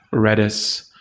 redis,